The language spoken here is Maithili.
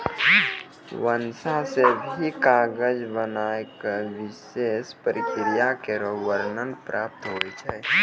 बांस सें भी कागज बनाय क विशेष प्रक्रिया केरो वर्णन प्राप्त होय छै